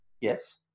Yes